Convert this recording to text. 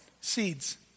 seeds